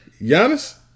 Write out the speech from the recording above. Giannis